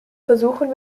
versuchen